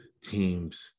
teams